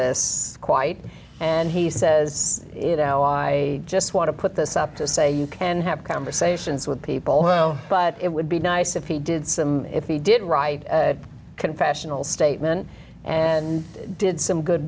this quite and he says you know i just want to put this up to say you can have conversations with people but it would be nice if he did some if he did write a confessional statement and did some good